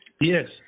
Yes